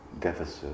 deficit